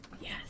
Yes